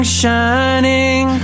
shining